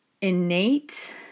innate